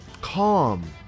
calm